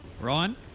Ryan